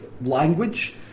language